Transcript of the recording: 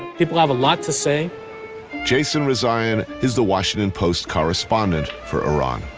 people have a lot to say jason rezaian is the washington post correspondent for iran.